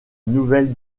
nouvelle